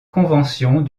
conventions